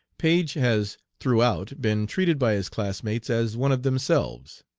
page has throughout been treated by his classmates as one of themselves.